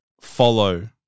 follow